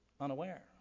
unaware